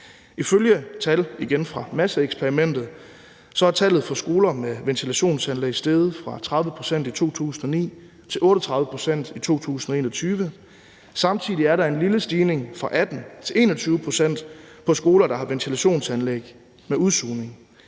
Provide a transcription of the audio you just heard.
Ifølge tal – igen fra Masseeksperimentet – er andelen af skoler med ventilationsanlæg steget fra 30 pct. i 2009 til 38 pct. i 2021. Samtidig er der en lille stigning på fra 18 til 21 pct. på skoler, der har ventilationsanlæg med udsugning.